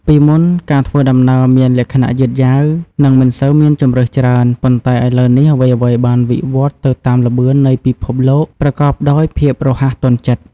ពីមុនការធ្វើដំណើរមានលក្ខណៈយឺតយាវនិងមិនសូវមានជម្រើសច្រើន ប៉ុន្តែឥឡូវនេះអ្វីៗបានវិវឌ្ឍទៅតាមល្បឿននៃពិភពលោកប្រកបដោយភាពរហ័សទាន់ចិត្ត។